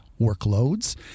workloads